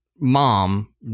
mom